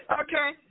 Okay